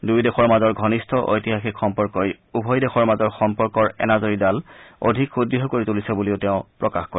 দুয়ো দেশৰ মাজৰ ঘণিষ্ঠ ঐতিহাসিক সম্পৰ্কই উভয় দেশৰ মাজৰ সম্পৰ্কৰ এনাজৰীডাল অধিক সুদৃঢ় কৰি তুলিছে বুলিও তেওঁ প্ৰকাশ কৰে